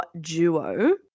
Duo